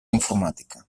informàtica